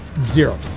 zero